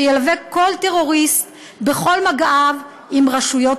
שילווה כל טרוריסט בכל מגעיו עם רשויות